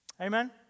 Amen